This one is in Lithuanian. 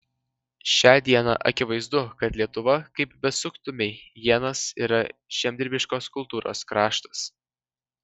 šią dieną akivaizdu kad lietuva kaip besuktumei ienas yra žemdirbiškos kultūros kraštas